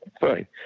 fine